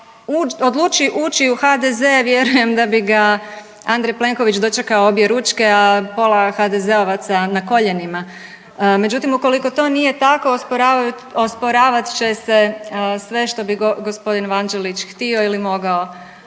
odluči ući u HDZ vjerujem da bi ga Andrej Plenković dočekao objeručke, a pola HDZ-ovaca na koljenima. Međutim ukoliko to nije tako osporavat će se sve što bi g. Vanđelić htio ili mogao